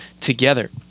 together